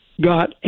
got